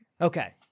Okay